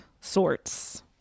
sorts